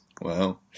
Wow